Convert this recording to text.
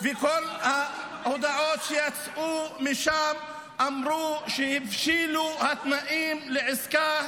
כל ההודעות שיצאו משם אמרו שהבשילו התנאים לעסקה,